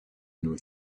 new